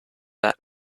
that